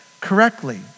correctly